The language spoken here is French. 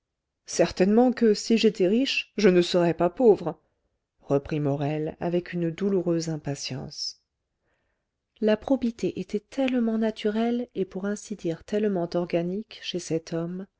certainement que si j'étais riche je ne serais pas pauvre reprit morel avec une douloureuse impatience la probité était tellement naturelle et pour ainsi dire tellement organique chez cet homme